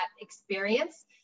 experience